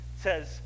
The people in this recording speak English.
says